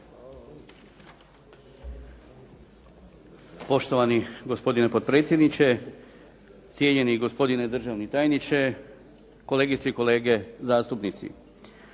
Poštovani gospodine potpredsjedniče, cijenjeni gospodine državni tajniče, kolegice i kolege zastupnici.